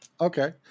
Okay